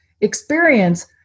experience